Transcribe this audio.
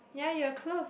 ya you will close